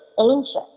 anxious